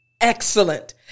Excellent